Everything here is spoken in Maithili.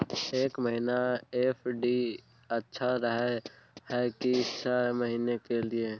एक महीना एफ.डी अच्छा रहय हय की छः महीना के लिए?